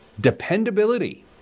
dependability